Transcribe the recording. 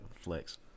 Flex